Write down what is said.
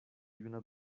juna